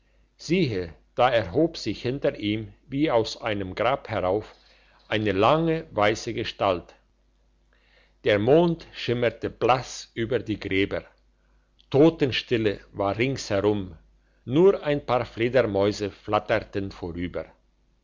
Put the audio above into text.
siehe da erhob sich hinter ihm wie aus einem grab herauf eine lange weisse gestalt der mond schimmerte blass über die gräber totenstille war ringsumher nur ein paar fledermäuse flatterten vorüber